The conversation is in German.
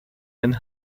ein